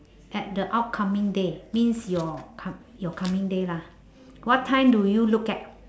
at the upcoming day means your c~ your coming day lah what time do you look at